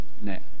net